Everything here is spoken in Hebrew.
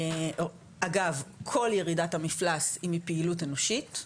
אגב כל ירידת המפלס היא מפעילות אנושית,